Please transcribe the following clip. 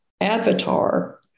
avatar